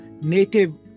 native